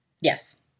Yes